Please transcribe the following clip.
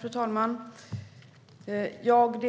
Fru talman! Jag